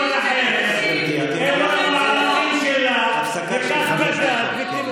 המהלכים שלך וכך גדלת.